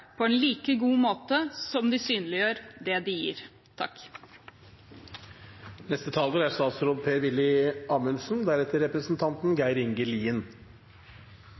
på en like god måte som de synliggjør det de gir. Det er